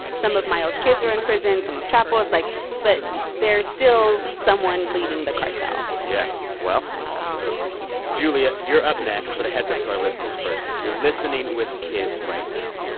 some of mayo's kids are in prison, some of chapo's. like but there's still someone leading the cartel yeah. well. wow julia, you're up next. but a heads-up to our listeners first. if you're listening with kids right now,